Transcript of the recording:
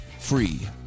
free